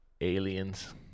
Aliens